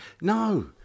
No